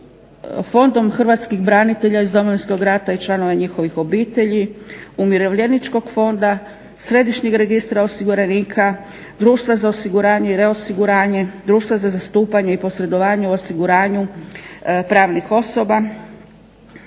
Fondom hrvatskih branitelja iz Domovinskog rata i članova njihovih obitelji, Umirovljeničkog fonda, Središnjeg registra osiguranika, Društva za osiguranje i reosiguranje, Društva za zastupanje i posredovanje u osiguranju pravnih osoba.